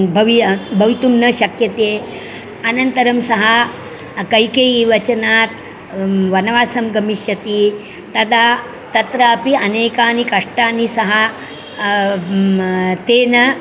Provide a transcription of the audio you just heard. भवीय भवितुं न शक्यते अनन्तरं सः कैकेयी वचनात् वनवासं गमिष्यति तदा तत्रापि अनेकानि कष्टानि सः तेन